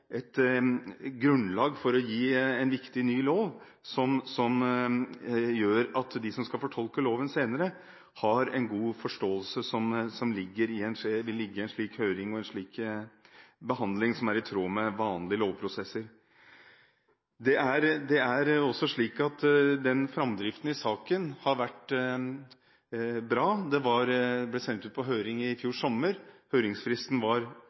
et grunnlag for en ny, viktig lov som gjør at de som skal fortolke loven senere, har en god forståelse av den, som vil ligge i en slik høring og en slik behandling. Dette er i tråd med vanlige lovprosesser. Framdriften i saken har også vært bra. Dette ble altså sendt på høring i fjor sommer. Høringsfristen var noe lengre enn vanlig, fordi det var sommer, men den var vel 1. november i